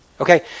Okay